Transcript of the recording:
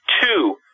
Two